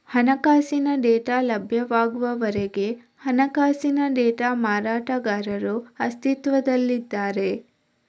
ಹಣಕಾಸಿನ ಡೇಟಾ ಲಭ್ಯವಾಗುವವರೆಗೆ ಹಣಕಾಸಿನ ಡೇಟಾ ಮಾರಾಟಗಾರರು ಅಸ್ತಿತ್ವದಲ್ಲಿದ್ದಾರೆ